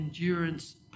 endurance